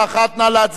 נא להצביע.